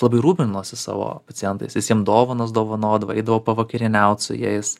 labai rūpinosi savo pacientais jis jiem dovanas dovanodavo eidavo pavakarieniaut su jais